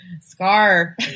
Scar